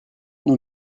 nous